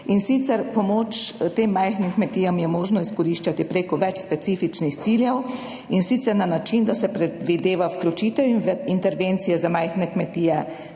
In sicer je pomoč tem majhnim kmetijam možno izkoriščati preko več specifičnih ciljev, in sicer na način, da se predvideva vključitev v intervencije za majhne kmetije